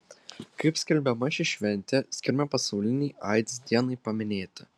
kaip skelbiama ši šventė skiriama pasaulinei aids dienai paminėti